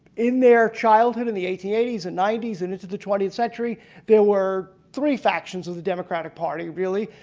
in their childhood in the eighteen eighty s and ninety s and into the twentieth century there were three factions of the the democratic party really.